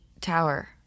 Tower